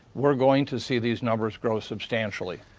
we're going to see these numbers grow substantially.